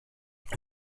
vous